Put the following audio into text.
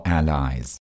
allies